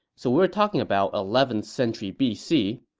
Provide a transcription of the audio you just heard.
so we are talking about eleventh century bc